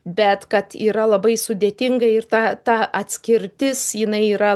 bet kad yra labai sudėtinga ir ta ta atskirtis jinai yra